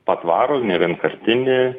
patvarų nevienkartinį